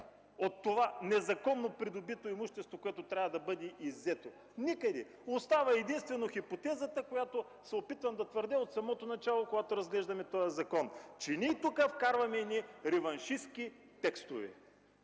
от това незаконно придобито имущество, което трябва да бъде иззето? Никъде. Единствено остава хипотезата, която се опитвам да твърдя от самото начало, когато разглеждаме този закон – вкарваме едни реваншистки текстове.